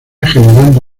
generando